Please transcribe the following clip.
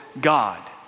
God